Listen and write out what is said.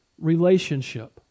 relationship